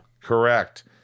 correct